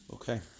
Okay